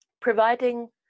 providing